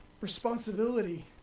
responsibility